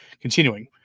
Continuing